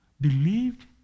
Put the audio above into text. believed